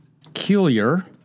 peculiar